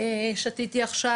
"שתיתי עכשיו,